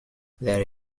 there